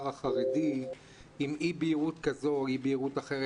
החרדי לגבי אי בהירות כזו או אחרת,